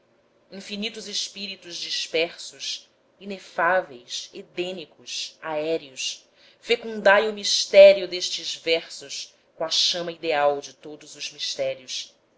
infinitos espíritos dispersos inefáveis edênicos aéreos fecundai o mistério destes versos com a chama ideal de todos os mistérios